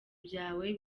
byawe